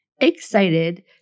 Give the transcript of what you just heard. excited